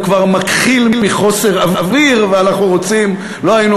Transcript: הוא כבר מכחיל מחוסר אוויר ולא היינו